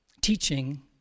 Teaching